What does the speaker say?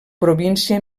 província